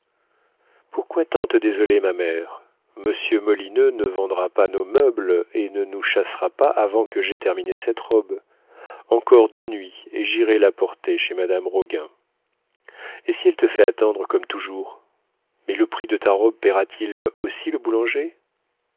tant te désoler ma mère monsieur molineux ne vendra pas nos meubles et ne nous chassera pas avant que j'aie terminé cette robe encore deux nuits et j'irai la porter chez madame roguin et si elle te fait attendre comme toujours mais le prix de ta robe paiera t il aussi le boulanger